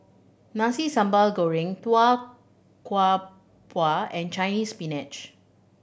Nasi Sambal Goreng Tau Kwa Pau and Chinese Spinach